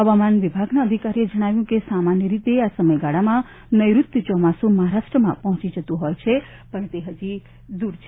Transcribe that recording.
હવામાન વિભાગના અધિકારીએ જણાવ્યું હતું કે સામાન્ય રીતે આ સમયગાળામાં નેઋત્યુ ચોમાસુ મહારાષ્ટ્રમાં પહોંચી જતું હોય છે પણ હજી તે દૂર છે